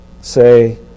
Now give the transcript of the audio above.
say